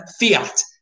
fiat